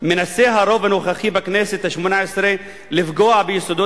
מנסה הרוב הנוכחי בכנסת השמונה-עשרה לפגוע ביסודות